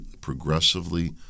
progressively